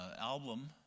album